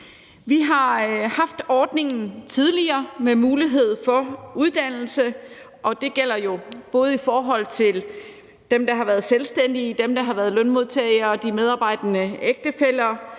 Vi har haft ordningen med mulighed for uddannelse tidligere, og det gælder jo både dem, der har været selvstændige, dem, der har været lønmodtagere, og de medarbejdende ægtefæller.